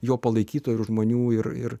jo palaikytojų žmonių ir ir